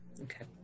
Okay